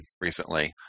recently